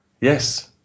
Yes